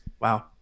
wow